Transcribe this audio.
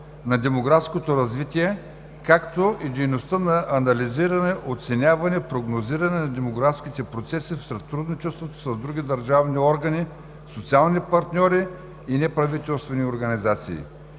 на демографското развитие, както и дейността на анализиране, оценяване, прогнозиране на демографските процеси в сътрудничеството си с други държавни органи, социални партньори и неправителствени организации,